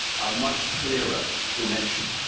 a much clearer dimension.